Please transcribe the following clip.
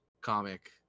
comic